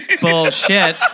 Bullshit